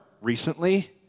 recently